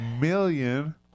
million